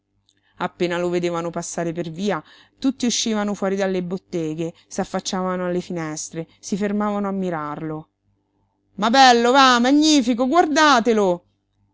appena lo vedevano passare per via tutti uscivano fuori dalle botteghe s'affacciavano alle finestre si fermavano a mirarlo ma bello vah magnifico guardatelo